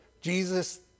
jesus